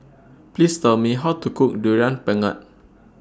Please Tell Me How to Cook Durian Pengat